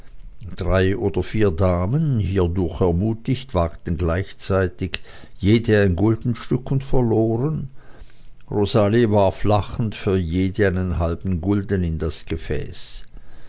drei oder vier damen hiedurch ermutigt wagten gleichzeitig jede ein guldenstück und verloren und rosalie warf lachend für jede einen halben gulden in das gefäß